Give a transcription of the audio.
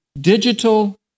digital